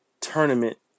tournament